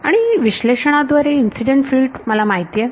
आणि विश्लेषणा द्वारे इन्सिडेंट फिल्ड मला माहित आहे